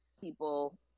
people